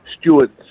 stewards